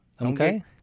Okay